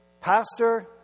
pastor